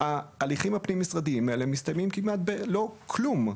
ההליכים הפנים-משרדיים האלה מסתיימים כמעט בלא כלום.